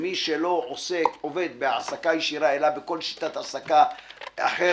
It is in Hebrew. שמי שלא עובד בהעסקה ישירה אלא בכל שיטת העסקה אחרת